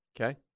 Okay